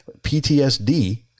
PTSD